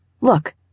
Look